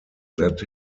that